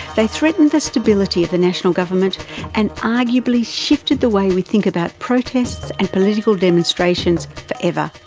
they threatened the stability of the national government and arguably shifted the way we think about protests and political demonstrations forever.